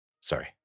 Sorry